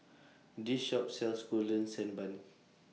This Shop sells Golden Sand Bun